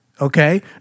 Okay